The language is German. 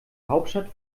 hauptstadt